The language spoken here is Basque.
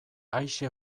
aise